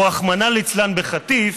או רחמנא ליצלן בחטיף,